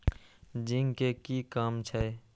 Zinc के कि काम छै?